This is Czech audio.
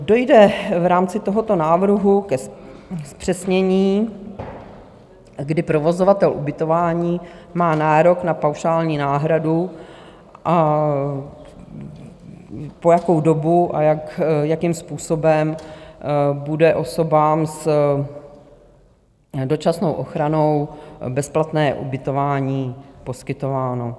Dojde v rámci tohoto návrhu ke zpřesnění, kdy provozovatel ubytování má nárok na paušální náhradu, a po jakou dobu a jakým způsobem bude osobám s dočasnou ochranou bezplatné ubytování poskytováno.